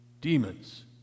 Demons